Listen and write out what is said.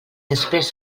després